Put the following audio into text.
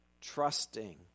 trusting